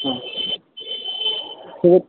ಹಾಂ ಸಿಗುತ್ತೆ